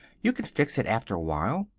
you can fix it after a while.